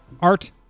Art